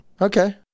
okay